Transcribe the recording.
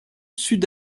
sud